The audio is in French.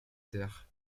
terre